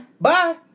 Bye